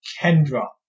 Kendra